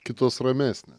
kitos ramesnės